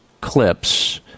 clips